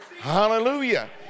Hallelujah